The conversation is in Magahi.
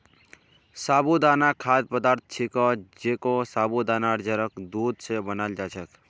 साबूदाना खाद्य पदार्थ छिके जेको साबूदानार जड़क दूध स बनाल जा छेक